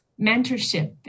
mentorship